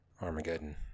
Armageddon